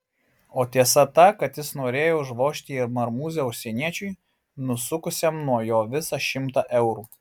o tiesa ta kad jis norėjo užvožti į marmūzę užsieniečiui nusukusiam nuo jo visą šimtą eurų